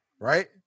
right